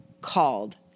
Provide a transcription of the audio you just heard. called